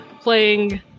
playing